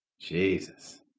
Jesus